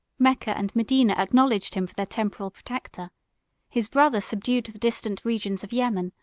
mecca and medina acknowledged him for their temporal protector his brother subdued the distant regions of yemen,